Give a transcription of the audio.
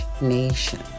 nation